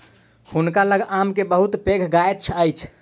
हुनका लग आम के बहुत पैघ गाछी छैन